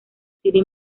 city